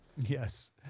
Yes